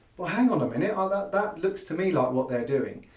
well hang on um and yeah ah that that looks to me like what they're doing,